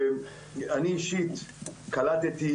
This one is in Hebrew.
ואני אישית קלטתי